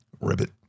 Ribbit